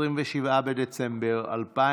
27 בדצמבר 2021